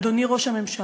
אדוני ראש הממשלה,